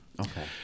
Okay